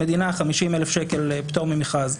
במדינה 50,000 שקל פטור ממכרז,